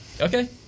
Okay